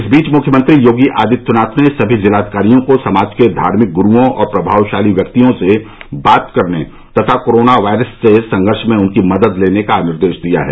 इस बीच मुख्यमंत्री योगी आदित्यनाथ ने सभी जिलाधिकारियों को समाज के धार्मिक गुरूओं और प्रभावशाली व्यक्तियों से बात करने तथा कोराना वायरस से संघर्ष में उनकी मदद लेने का निर्देश दिया है